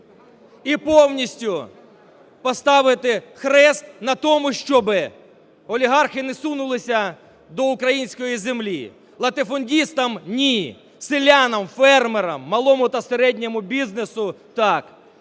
і повністю поставити хрест на тому, щоби олігархи не сунулися до української землі. Латифундістам – ні! Селянам, фермерам, малому та середньому бізнесу – так!